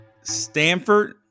Stanford